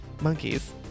monkeys